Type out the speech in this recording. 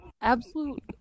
absolute